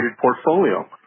portfolio